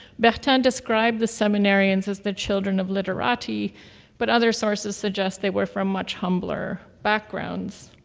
bertin described the seminary and as the children of literati but other sources suggest they were from much humbler backgrounds.